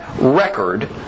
record